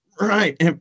Right